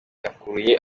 yakuruye